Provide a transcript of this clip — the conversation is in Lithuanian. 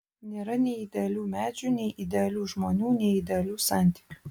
nėra nei idealių medžių nei idealių žmonių nei idealių santykių